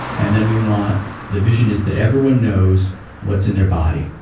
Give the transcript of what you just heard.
and then, we want. the vision is that everyone knows what's in their body.